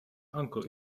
uncle